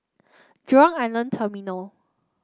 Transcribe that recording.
Jurong Island Terminal